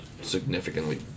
significantly